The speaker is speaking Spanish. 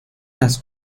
las